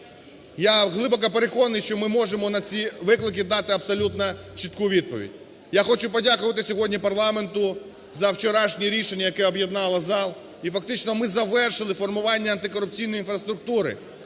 Я глибоко переконаний, що ми можемо на ці виклики дати абсолютно чітку відповідь. Я хочу подякувати сьогодні парламенту за вчорашнє рішення, яке об'єднало зал, і фактично ми завершили формування антикорупційної інфраструктури.